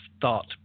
thought